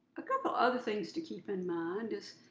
a couple of things to keep in mind is,